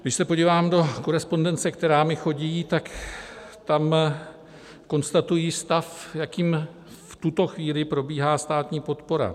Když se podívám do korespondence, která mi chodí, tak tam konstatují stav, jakým v tuto chvíli probíhá státní podpora.